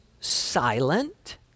silent